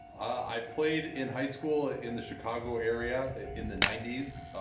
i played in high school ah in the chicago area in the ninety s,